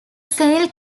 sail